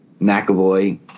McAvoy